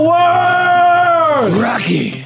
Rocky